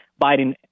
Biden